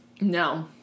No